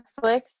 Netflix